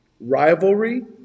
rivalry